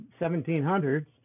1700s